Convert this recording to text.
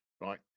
right